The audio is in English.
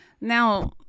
Now-